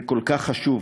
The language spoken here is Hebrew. זה כל כך חשוב,